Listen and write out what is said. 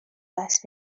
دست